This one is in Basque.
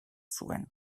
zuen